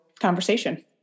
conversation